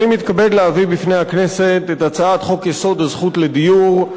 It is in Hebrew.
אני מתכבד להביא בפני הכנסת את הצעת חוק-יסוד: הזכות לדיור,